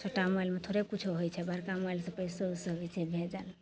छोटा मोबाइलमे थोड़े किछु होइ छै बड़का मोबाइलसे पइसो उइसो होइ छै भेजल